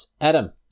Adam